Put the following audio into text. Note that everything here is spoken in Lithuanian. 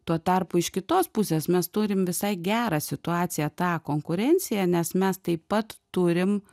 tuo tarpu iš kitos pusės mes turim visai gerą situaciją tą konkurenciją nes mes taip pat turim